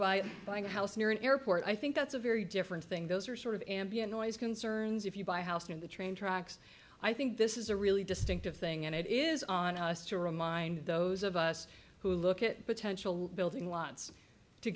by buying a house near an airport i think that's a very different thing those are sort of ambient noise concerns if you buy a house in the train tracks i think this is a really distinctive thing and it is on us to remind those of us who look at potential building lots to